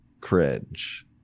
cringe